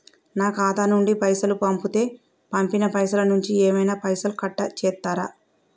నా ఖాతా నుండి పైసలు పంపుతే పంపిన పైసల నుంచి ఏమైనా పైసలు కట్ చేత్తరా?